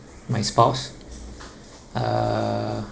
my spouse uh